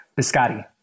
biscotti